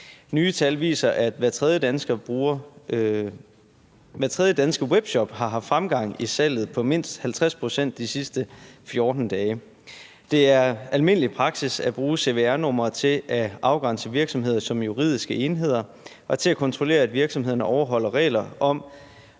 Nye tal viser, at hver tredje danske webshop har haft fremgang i salget på mindst 50 pct. de sidste 14 dage. Det er almindelig praksis at bruge cvr-nummeret til at afgrænse virksomheder som juridiske enheder og til at kontrollere, at virksomhederne overholder regler om